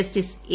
justice A